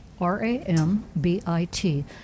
r-a-m-b-i-t